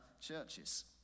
churches